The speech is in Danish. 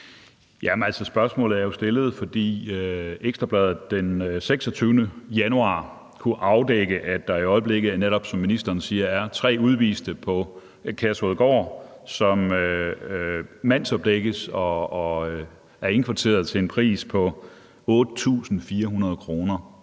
(DD): Spørgsmålet er jo stillet, fordi Ekstra Bladet den 26. januar kunne afdække, at der i øjeblikket, netop som ministeren siger, er tre udviste på Kærshovedgård, som mandsopdækkes og er indkvarteret til en pris på 8.400 kr. pr.